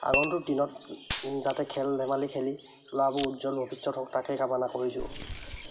আগন্তুক দিনত যাতে খেল ধেমালি খেলি ল'ৰাবোৰ উজ্জ্বল ভৱিষ্যত হওক তাকে কামনা কৰিছোঁ